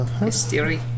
Mystery